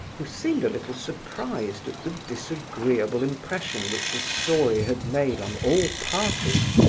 who seemed a little surprised at the disagreeable impression which his story had made on all parties.